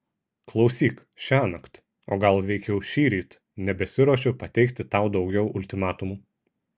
klausyk šiąnakt o gal veikiau šįryt nebesiruošiu pateikti tau daugiau ultimatumų